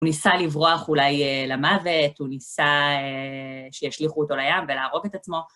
הוא ניסה לברוח אולי למוות, הוא ניסה שישליכו אותו לים ולהרוג את עצמו.